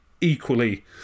equally